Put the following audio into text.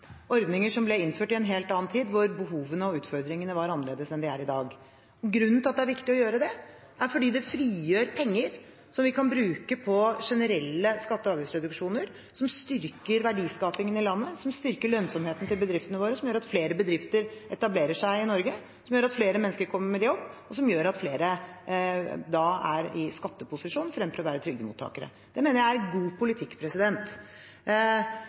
ordninger som ble innført i en helt annen tid, da behovene og utfordringene var annerledes enn de er i dag. Grunnen til at det er viktig å gjøre det, er at det frigjør penger som vi kan bruke på generelle skatte- og avgiftsreduksjoner som styrker verdiskapingen i landet, som styrker lønnsomheten til bedriftene våre, som gjør at flere bedrifter etablerer seg i Norge, som gjør at flere mennesker kommer i jobb, og som gjør at flere da er i skatteposisjon fremfor å være trygdemottakere. Det mener jeg er god politikk.